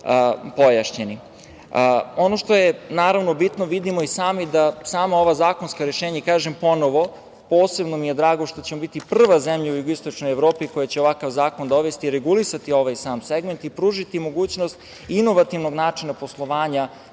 pojašnjeni. Ono što je bitno vidimo i sami da sama ova zakonska rešenja, kažem ponovo, posebno mi je drago što ćemo biti prva zemlja u jugoistočnoj Evropi koja će ovakav zakon dovesti i regulisati ovaj segment i pružiti mogućnost inovativnog načina poslovanja,